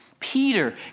Peter